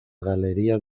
galerías